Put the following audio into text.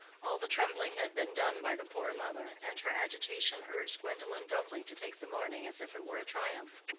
all the trembling had been done by the poor mother, and her agitation urged gwendolen doubly to take the morning as if it were a triumph.